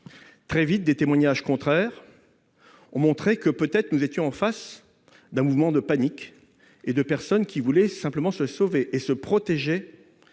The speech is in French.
Très vite, des témoignages contraires ont montré que nous étions peut-être en face d'un mouvement de panique, des personnes voulant simplement s'enfuir et se protéger